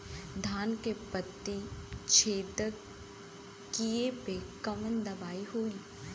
धान के पत्ती छेदक कियेपे कवन दवाई होई?